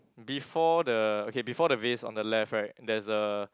before the okay before the vase on the left right there's a